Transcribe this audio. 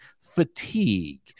fatigue